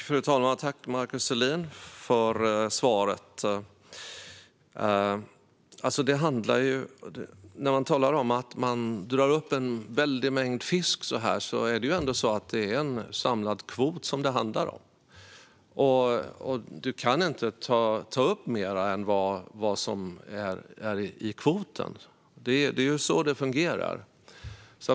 Fru talman! Tack för svaret, Markus Selin! När man drar upp en väldig mängd fisk handlar det om en samlad kvot. Man kan inte ta upp mer än kvoten; det är så det fungerar.